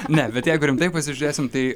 ne bet jeigu rimtai pasižėsim tai